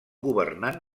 governant